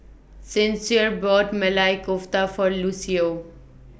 Sincere bought Maili Kofta For Lucio